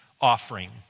offering